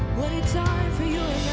time for you